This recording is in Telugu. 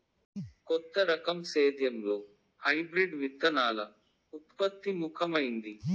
కొత్త రకం సేద్యంలో హైబ్రిడ్ విత్తనాల ఉత్పత్తి ముఖమైంది